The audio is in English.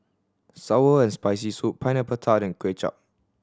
sour and Spicy Soup Pineapple Tart and Kway Chap